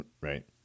Right